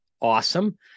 awesome